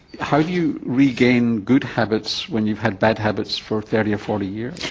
how do you regain good habits when you've had bad habits for thirty or forty years?